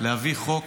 להביא חוק